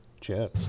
Cheers